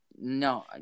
No